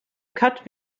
cut